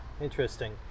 interesting